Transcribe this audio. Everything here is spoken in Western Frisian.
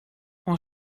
oan